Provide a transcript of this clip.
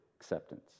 acceptance